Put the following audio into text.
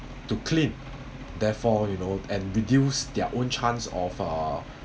to clean therefore you know and reduce their own chance of uh